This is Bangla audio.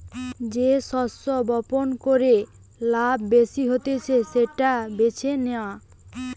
যে শস্য বপণ কইরে লাভ বেশি হতিছে সেটা বেছে নেওয়া